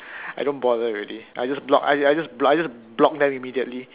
I don't bother already I just block I just block I just block them immediately